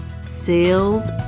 sales